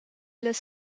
las